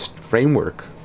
framework